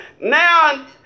Now